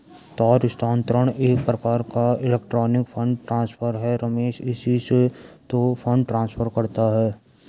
तार स्थानांतरण एक प्रकार का इलेक्ट्रोनिक फण्ड ट्रांसफर है रमेश इसी से तो फंड ट्रांसफर करता है